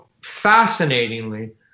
fascinatingly